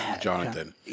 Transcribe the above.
Jonathan